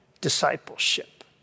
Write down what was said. discipleship